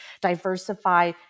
diversify